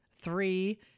three